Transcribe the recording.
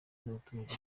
z’abaturage